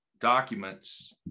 documents